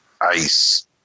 ice